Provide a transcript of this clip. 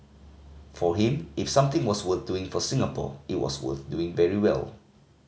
for him if something was worth doing for Singapore it was worth doing very well